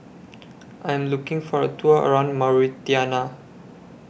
I Am looking For A Tour around Mauritania